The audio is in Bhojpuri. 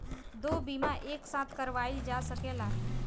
दो बीमा एक साथ करवाईल जा सकेला?